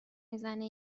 میزنه